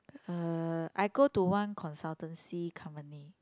uh I go to one consultancy company